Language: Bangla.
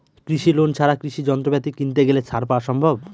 কৃষি লোন ছাড়া কৃষি যন্ত্রপাতি কিনতে গেলে ছাড় পাওয়া সম্ভব?